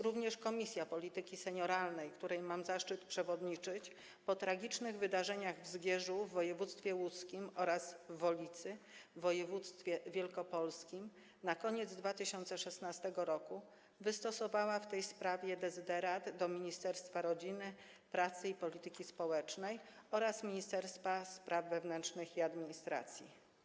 Również Komisja Polityki Senioralnej, której mam zaszczyt przewodniczyć, po tragicznych wydarzeniach w Zgierzu w województwie łódzkim oraz w Wolicy w województwie wielkopolskim na koniec 2016 r. wystosowała w tej sprawie dezyderat do Ministerstwa Rodziny, Pracy i Polityki Społecznej oraz Ministerstwa Spraw Wewnętrznych i Administracji.